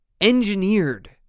engineered